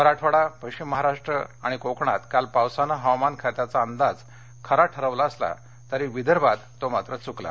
मराठवाडा पश्चिम महाराष्ट्र आणि कोकणात काल पावसानं हवामान खात्याचा अंदाज खरा ठरवला असला तरी विदर्भात मात्र तो चुकला